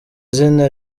zina